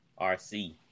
RC